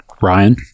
ryan